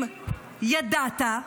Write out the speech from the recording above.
אם ידעת,